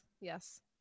yes